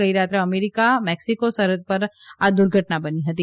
ગઈ રાત્રે America Mexico સરહદ પર આ દુર્ધટના બની હતી